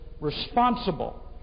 responsible